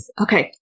Okay